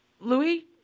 Louis